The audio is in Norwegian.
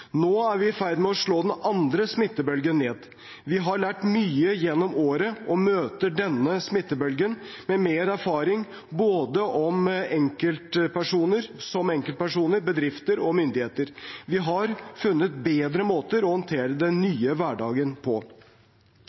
Nå er vi ferd med å slå den andre smittebølgen ned. Vi har lært mye gjennom året og møter denne smittebølgen med mer erfaring som både enkeltpersoner, bedrifter og myndigheter. Vi har funnet bedre måter å håndtere den nye hverdagen på.